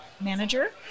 manager